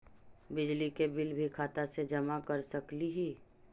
बिजली के बिल भी खाता से जमा कर सकली ही?